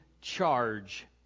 charge